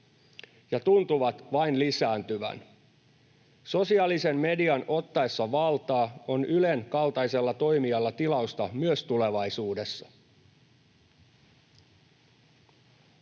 ja tuntuvat vain lisääntyvän. Sosiaalisen median ottaessa valtaa on Ylen kaltaisella toimijalla tilausta myös tulevaisuudessa.